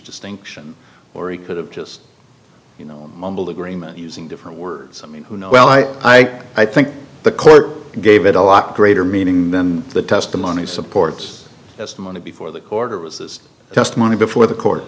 distinction or he could have just you know mumbled agreement using different words i mean you know well i i i think the court gave it a lot greater meaning then the testimony supports as mona before the order was his testimony before the cour